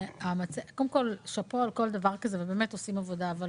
שאפו על כל דבר כזה, באמת עושים עבודה, אבל